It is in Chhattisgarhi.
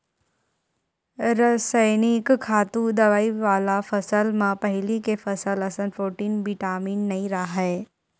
रसइनिक खातू, दवई वाला फसल म पहिली के फसल असन प्रोटीन, बिटामिन नइ राहय